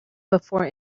before